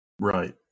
Right